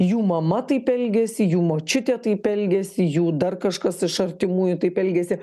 jų mama taip elgės jų močiutė taip elgės jų dar kažkas iš artimųjų taip elgėsi